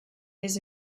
his